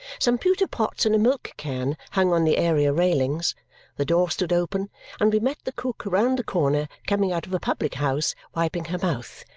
some pewter pots and a milk-can hung on the area railings the door stood open and we met the cook round the corner coming out of a public-house, wiping her mouth.